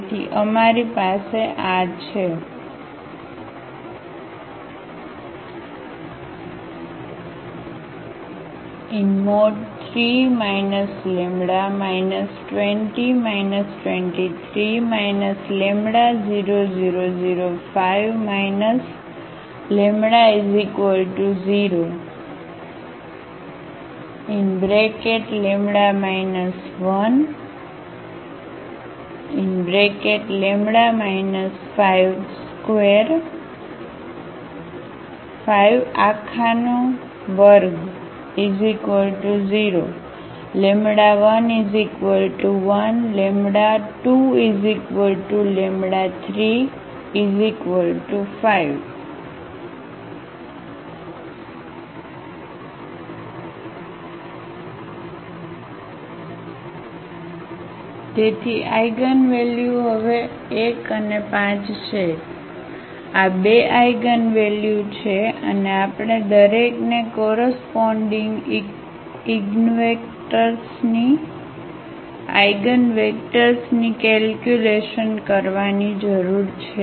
તેથી અમારી પાસે આ છે 3 λ 2 0 2 3 λ 0 0 0 5 λ 0 λ 1λ 520 Eigenvalues 11235 તેથી આઇગનવેલ્યુ હવે 1 અને 5 છે આ બેઆઇગનવેલ્યુ છે અને આપણે દરેકને કોરસપોન્ડીગ ઇગ્નવેક્ટર્સની કેલ્ક્યુલેશન કરવાની જરૂર છે